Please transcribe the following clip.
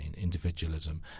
individualism